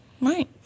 Right